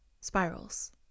Spirals